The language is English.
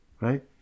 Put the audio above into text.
right